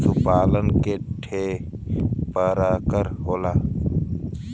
पशु पालन के ठे परकार होला